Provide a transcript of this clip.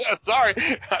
Sorry